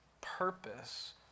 purpose